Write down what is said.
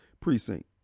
precinct